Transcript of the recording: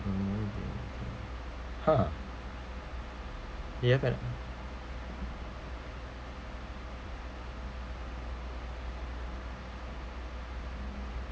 mm you have or not